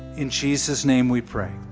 in jesus' name we pray.